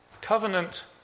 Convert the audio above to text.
Covenant